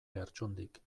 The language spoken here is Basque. lertxundik